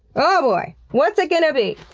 oh boy! what's it gonna be?